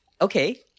okay